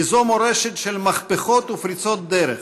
כי זו מורשת של מהפכות ופריצות דרך,